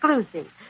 exclusive